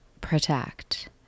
protect